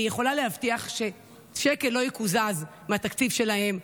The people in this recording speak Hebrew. אני יכולה להבטיח ששקל לא יקוזז מהתקציב שלהם.